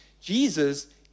Jesus